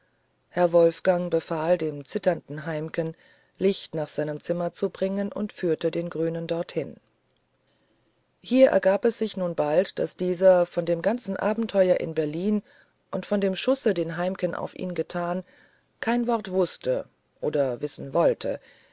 herr wolfgang befahl dem zitternden heimken licht nach seinem zimmer zu bringen und führte den grünen dorthin hier ergab sich nun bald daß dieser von dem ganzen abenteuer in berlin und von dem schusse den heimken auf ihn getan kein wort wußte oder wissen wollte